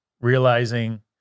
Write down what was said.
realizing